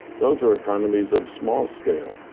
those are economies of small scale.